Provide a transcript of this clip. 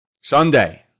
Sunday